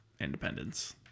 independence